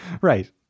Right